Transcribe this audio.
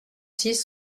six